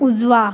उजवा